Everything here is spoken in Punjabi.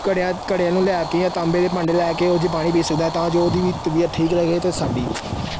ਘੜਿਆਂ ਘੜਿਆਂ ਨੂੰ ਲਿਆ ਕੇ ਜਾਂ ਤਾਂਬੇ ਦੇ ਭਾਂਡੇ ਲੈ ਕੇ ਉਹ 'ਚ ਪਾਣੀ ਪੀ ਸਕਦਾ ਤਾਂ ਜੋ ਉਹਦੀ ਵੀ ਤਬੀਅਤ ਠੀਕ ਰਹੇ ਅਤੇ ਸਾਡੀ ਵੀ